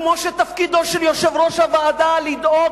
כמו שתפקידו של יושב-ראש הוועדה לדאוג